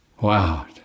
Wow